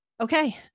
Okay